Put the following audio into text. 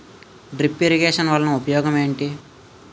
drip irrigation వలన ఉపయోగం ఏంటి